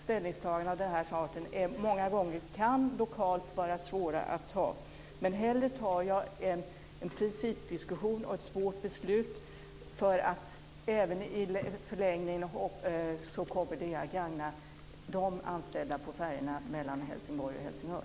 Ställningstaganden av den här arten kan många gånger lokalt vara svåra att göra. Men hellre tar jag en principdiskussion och ett svårt beslut, därför att i förlängningen kommer det att gagna de anställda på färjorna mellan Helsingborg och Helsingör.